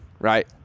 right